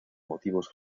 motivos